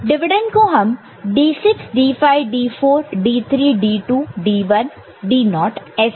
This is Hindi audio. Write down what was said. डिविडेंड को हम D6 D5 D4 D3 D2 D1 D0 ऐसे लिखेंगे